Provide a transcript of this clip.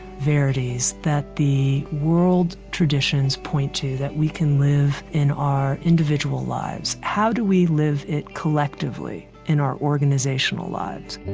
verities, that the world traditions point to that we can live in our individual lives. how do we live it collectively in our organizational lives?